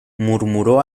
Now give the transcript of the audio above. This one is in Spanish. murmuró